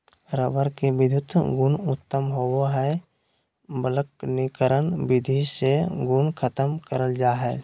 rubber के विधुत गुण उत्तम होवो हय वल्कनीकरण विधि से गुण खत्म करल जा हय